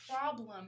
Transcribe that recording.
problem